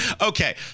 Okay